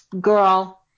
girl